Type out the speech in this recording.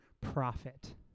profit